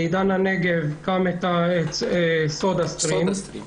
בעידן הנגב קם מפעל סודה סטרים,